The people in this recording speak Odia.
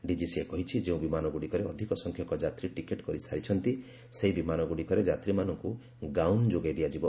ଡିଜିସିଏ କହିଛି ଯେଉଁ ବିମାନଗୁଡ଼ିକରେ ଅଧିକ ସଂଖ୍ୟକ ଯାତ୍ରୀ ଟିକେଟ୍ କରିସାରିଛନ୍ତି ସେହି ବିମାନଗୁଡ଼ିକରେ ଯାତ୍ରୀମାନଙ୍କୁ ଗାଉନ୍ ଯୋଗାଇ ଦିଆଯିବ